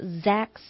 Zach